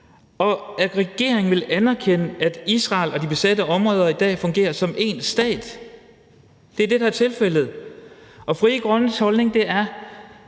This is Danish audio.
og at regeringen vil anerkende, at Israel og de besatte områder i dag fungerer som én stat. Det er det, der er tilfældet. Frie Grønnes holdning er,